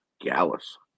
gallus